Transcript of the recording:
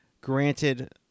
Granted